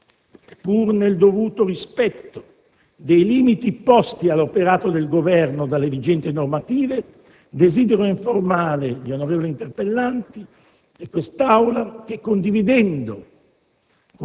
Pur nel dovuto rispetto dei limiti posti all'operato del Governo dalle vigenti normative, desidero informare gli onorevoli interpellanti e quest'Aula che, condividendo